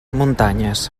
muntanyes